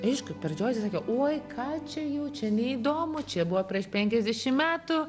aišku pradžioj tai sakė oi ką čia jau čia neįdomu čia buvo prieš penkiasdešim metų